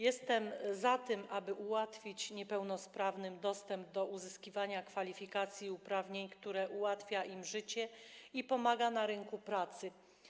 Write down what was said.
Jestem za tym, aby ułatwić niepełnosprawnym dostęp do uzyskiwania kwalifikacji i uprawnień, które ułatwiają im życie i pomagają na rynku pracy.